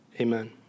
Amen